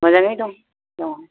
मोजाङै दं औ